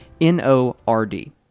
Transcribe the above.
N-O-R-D